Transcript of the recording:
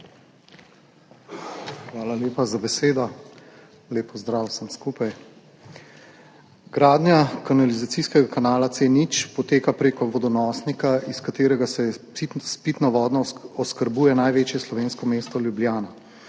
Hvala lepa za besedo. Lep pozdrav vsem skupaj! Gradnja kanalizacijskega kanala C0 poteka preko vodonosnika, iz katerega se s pitno vodo oskrbuje največje slovensko mesto Ljubljana.